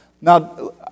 Now